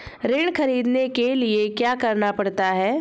ऋण ख़रीदने के लिए क्या करना पड़ता है?